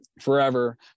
forever